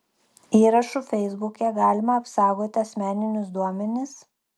įrašu feisbuke galima apsaugoti asmeninius duomenis